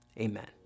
Amen